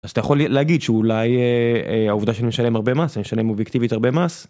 אז אתה יכול להגיד שאולי העובדה של משלם הרבה מסים, של משלם אובייקטיבית הרבה מס.